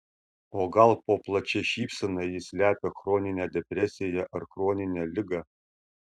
o gal po plačia šypsena ji slepia chroninę depresiją ar chroninę ligą